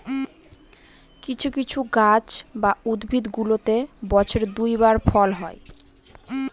কিছু কিছু গাছ বা উদ্ভিদগুলোতে বছরে দুই বার ফল হয়